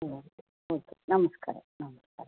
okay okay ನಮಸ್ಕಾರ ನಮಸ್ಕಾರ